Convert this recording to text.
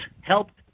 helped